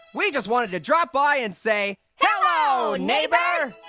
we just wanted to drop by and say. hello, neighbor.